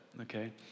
Okay